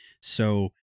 So-